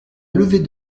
levée